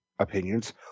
opinions